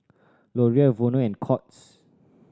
L'Oreal Vono and Courts